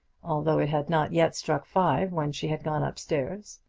although it had not yet struck five when she had gone up-stairs.